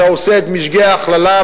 אתה עושה את משגה ההכללה,